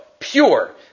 Pure